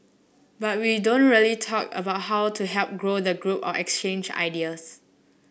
but we don't really talk about how to help grow the group or exchange ideas